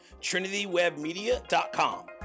trinitywebmedia.com